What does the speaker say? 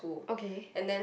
okay